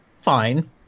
fine